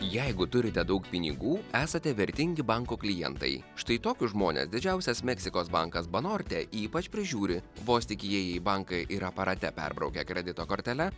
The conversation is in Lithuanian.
jeigu turite daug pinigų esate vertingi banko klientai štai tokius žmones didžiausias meksikos bankas banorte ypač prižiūri vos tik įėję į banką ir aparate perbraukia kredito kortele